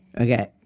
Okay